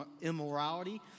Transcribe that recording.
immorality